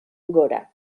gora